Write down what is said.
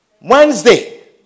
Wednesday